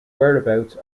whereabouts